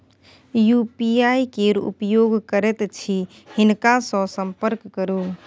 UPI केर उपयोग करैत छी हिनका सँ संपर्क करु